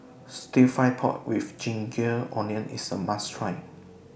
Stir Fry Pork with Ginger Onions IS A must Try